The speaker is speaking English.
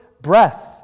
breath